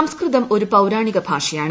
സംസ്കൃതം ഒരു പൌരാണിക ഭാഷയാണ്